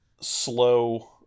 slow